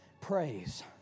Praise